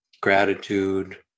Gratitude